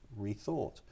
rethought